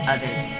Others